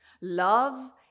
love